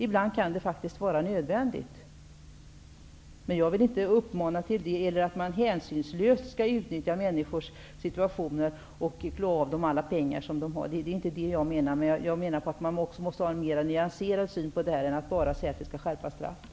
Ibland kan det faktiskt vara nödvändigt med smuggling. Men jag vill inte uppmana till det eller till att man hänsynslöst utnyttjar människors situation till att klå dem på alla pengar de har. Det är inte det jag menar. Jag menar att man också måste ha en mera nyanserad syn på detta än att bara säga att vi skall skärpa straffen.